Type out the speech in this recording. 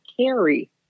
carry